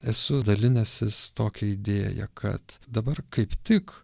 esu dalinęsis tokia idėja kad dabar kaip tik